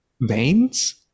veins